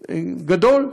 גדול.